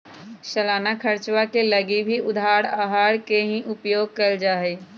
सालाना खर्चवा के लगी भी उधार आहर के ही उपयोग कइल जाहई